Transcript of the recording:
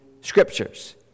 Scriptures